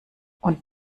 und